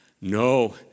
No